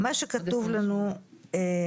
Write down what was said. אנחנו עוברים להסתייגות מספר 43, בבקשה.